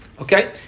Okay